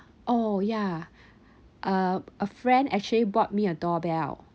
oh yeah a a friend actually bought me a doorbell